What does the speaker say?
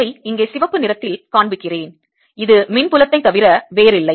இதை இங்கே சிவப்பு நிறத்தில் காண்பிக்கிறேன் இது மின் புலத்தைத் தவிர வேறில்லை